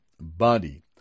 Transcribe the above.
body